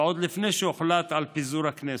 ועוד לפני שהוחלט על פיזור הכנסת.